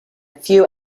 few